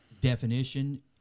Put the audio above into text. definition